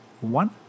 one